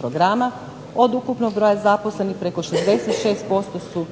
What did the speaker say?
programa od ukupnog broja zaposlenih preko 66% su